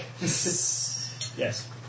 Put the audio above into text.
Yes